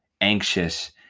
anxious